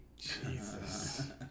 jesus